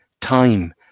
time